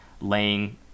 laying